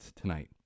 tonight